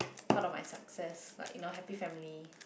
part of my success like you know happy family